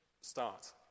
start